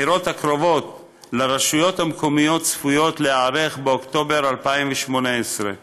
הבחירות הקרובות לרשויות המקומיות צפויות באוקטובר 2018,